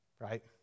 Right